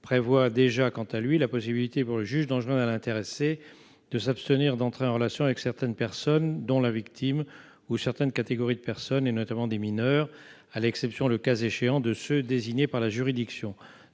prévoit la possibilité pour le juge d'enjoindre à l'intéressé de s'abstenir « d'entrer en relation avec certaines personnes, dont la victime, ou certaines catégories de personnes, et notamment des mineurs, à l'exception, le cas échéant, de ceux désignés par la juridiction